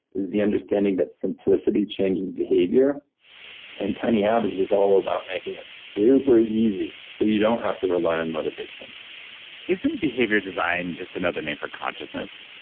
is the understanding that simplicity changes behavior and tiny habits is all about making it super easy. so you don't have to rely on motivation isn't behavior design just another name for consciousness?